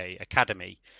Academy